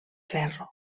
ferro